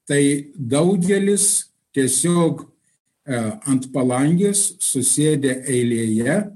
tai daugelis tiesiog ant palangės susėdę eilėje